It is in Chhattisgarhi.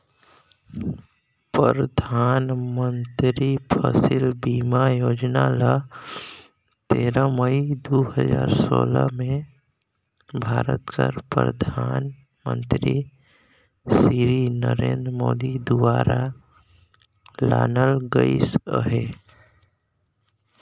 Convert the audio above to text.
परधानमंतरी फसिल बीमा योजना ल तेरा मई दू हजार सोला में भारत कर परधानमंतरी सिरी नरेन्द मोदी दुवारा लानल गइस अहे